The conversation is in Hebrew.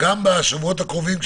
גם בשבועות הקרובים,